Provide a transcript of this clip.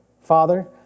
Father